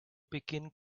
begin